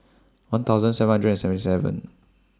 one thousand seven hundred and seventy seven